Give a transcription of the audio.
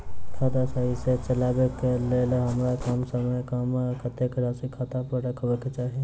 खाता सही सँ चलेबाक लेल हमरा कम सँ कम कतेक राशि खाता पर रखबाक चाहि?